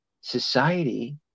society